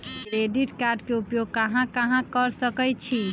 Credit card के उपयोग कहां कहां कर सकईछी?